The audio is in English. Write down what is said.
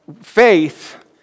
Faith